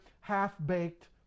half-baked